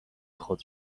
خود